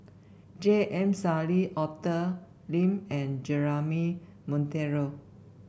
J M Sali Arthur Lim and Jeremy Monteiro